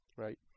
Right